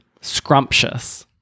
scrumptious